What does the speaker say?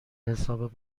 حساب